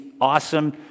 awesome